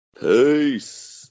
Peace